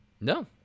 No